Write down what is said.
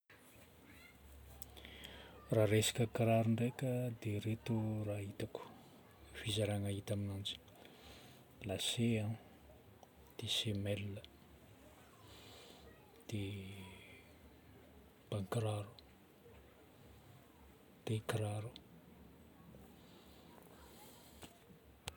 Raha resaka kiraro ndraika dia reto raha hitako, fizarana hita aminanjy: lacet, dia sémelle, diaban- kiraro, dia kiraro.